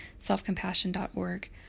selfcompassion.org